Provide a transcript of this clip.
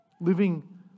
living